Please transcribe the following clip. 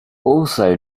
also